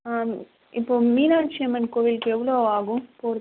இப்போது மீனாட்சி அம்மன் கோவிலுக்கு எவ்வளோ ஆகும் போகிறத்துக்கு